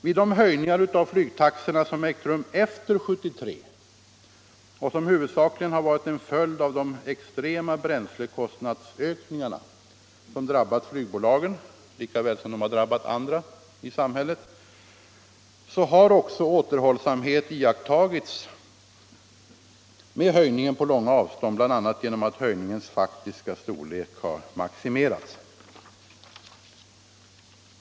Vid de höjningar av flygtaxorna som ägt rum efter 1973 och som huvudsakligen har varit en följd av de extrema bränslekostnadsökningarna, som har drabbat flygbolagen lika väl som andra i samhället, har också återhållsamhet iakttagits med höjningen på långa avstånd, bl.a. genom att dess faktiska storlek har maximerats.